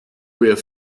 wir